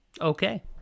okay